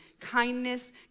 kindness